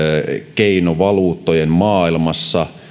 keinovaluuttojen maailmassa